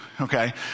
Okay